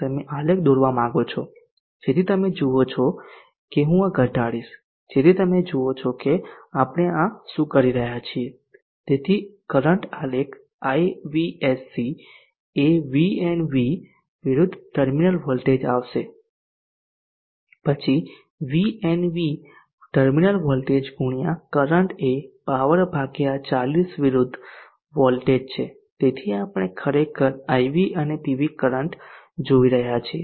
તમે આલેખ દોરવા માંગો છો જેથી તમે જુઓ કે હું આ ઘટાડીશ જેથી તમે જોઈ શકો કે આપણે આ શું કરી રહ્યા છીએ તેથી કરંટ આલેખ ivsc એ VnV વિરુદ્ધ ટર્મિનલ વોલ્ટેજ આવશે પછી VnV ટર્મિનલ વોલ્ટેજ ગુણ્યા કરંટ એ પાવર 40 વિરુદ્ધ વોલ્ટેજ છે તેથી આપણે ખરેખર IV અને PV કરંટ જોઈ રહ્યા છીએ